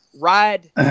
ride